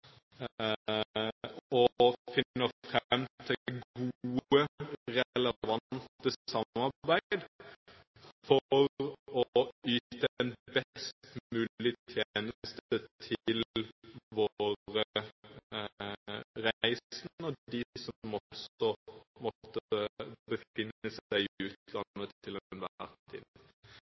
frem til godt, relevant samarbeid for å yte en best mulig tjeneste til våre reisende og dem som måtte befinne seg i utlandet til enhver tid.